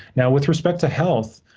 now, with respect to health,